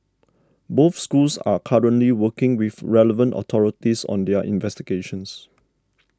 both schools are currently working with relevant authorities on their investigations